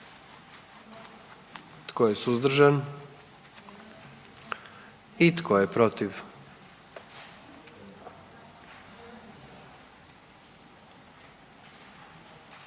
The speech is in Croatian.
Tko je suzdržan? I tko je protiv?